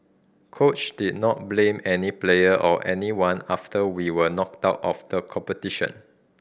coach did not blame any player or anyone after we were knocked out of the competition